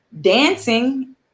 dancing